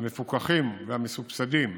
המפוקחים והמסובסדים,